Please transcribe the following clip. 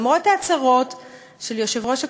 למרות ההצהרות של יושב-ראש הקואליציה,